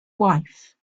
wife